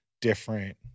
different